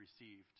received